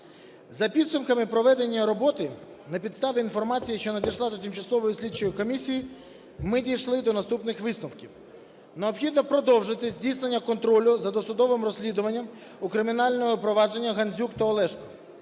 За підсумками проведення роботи, на підставі інформації, що надійшла до тимчасової слідчої комісії, ми дійшли до наступних висновків. Необхідно продовжити здійснення контролю за досудовим розслідування у кримінальному провадженніГандзюк та Олешко.